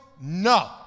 No